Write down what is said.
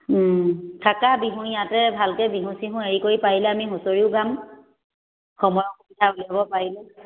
থাকা বিহু ইয়াতে ভালকে বিহু চিহু হেৰি কৰি পাৰিলে আমি হুঁচৰিও গাম সময় অসুবিধা উলিয়াব পাৰিলে